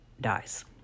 dies